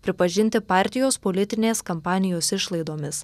pripažinti partijos politinės kampanijos išlaidomis